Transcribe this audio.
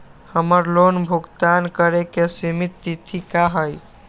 हमर लोन भुगतान करे के सिमित तिथि का हई?